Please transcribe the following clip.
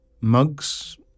mugs